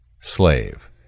Slave